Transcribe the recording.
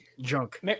junk